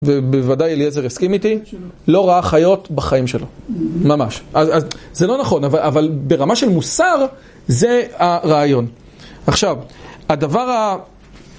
ובוודאי אליעזר הסכים איתי, לא ראה חיות בחיים שלו, ממש. אז זה לא נכון, אבל ברמה של מוסר, זה הרעיון. עכשיו, הדבר ה...